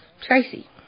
Tracy